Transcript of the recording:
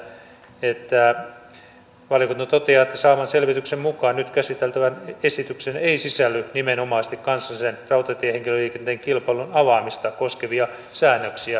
valiokunta toteaa että sen saaman selvityksen mukaan nyt käsiteltävään esitykseen ei sisälly nimenomaisesti kansallisen rautatiehenkilöliikenteen kilpailun avaamista koskevia säännöksiä